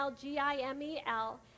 G-I-M-E-L